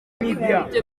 ibyo